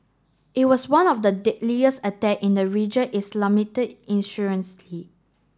it was one of the deadliest attack in the region Islamist